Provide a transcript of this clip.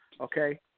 Okay